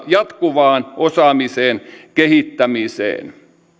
jatkuvaan osaamisen kehittämiseen